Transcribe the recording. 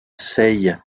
seye